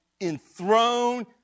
enthroned